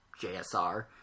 JSR